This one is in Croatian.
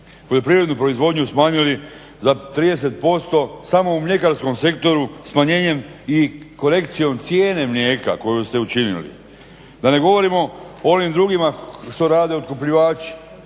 Poljoprivrednu proizvodnju smanjili za 30% samo u mljekarskom sektoru smanjenjem i korekcijom cijene mlijeka koju ste učinili, da ne govorimo o onim drugima što rade otkupljivači,